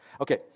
Okay